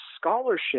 scholarship